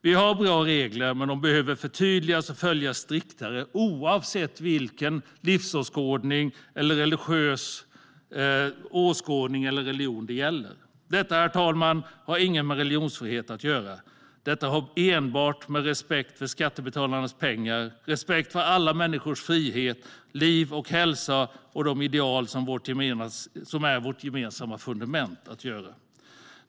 Vi har bra regler, men de behöver förtydligas och följas striktare oavsett vilken livsåskådning eller religiös åskådning det gäller. Detta, herr talman, har inget med religionsfrihet att göra. Det har enbart att göra med respekt för skattebetalarnas pengar, respekt för alla människors frihet, liv och hälsa och de ideal som är vårt gemensamma fundament.